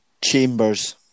Chambers